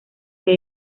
que